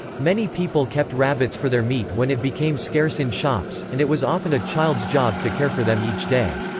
many people kept rabbits for their meat when it became scarce in shops, and it was often a child's job to care for them each day.